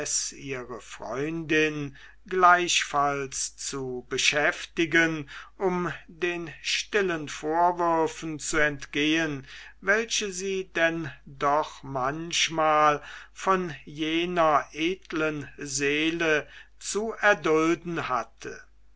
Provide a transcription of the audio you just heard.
ihre freundin gleichfalls zu beschäftigen um den stillen vorwürfen zu entgehen welche sie denn doch manchmal von jener edlen seele zu erdulden hatte